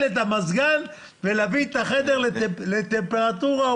את המזגן ולהביא את החדר לטמפרטורה אופטימלית?